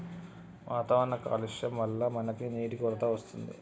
వాతావరణ కాలుష్యం వళ్ల మనకి నీటి కొరత వస్తుంది